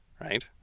Right